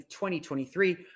2023